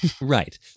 Right